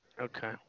Okay